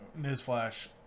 newsflash